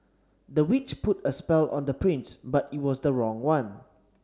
the witch put a spell on the prince but it was the wrong one